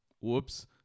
whoops